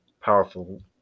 powerful